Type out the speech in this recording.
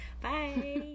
Bye